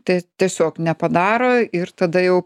tai tiesiog nepadaro ir tada jau